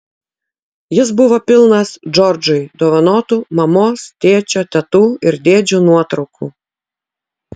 jis buvo pilnas džordžui dovanotų mamos tėčio tetų ir dėdžių nuotraukų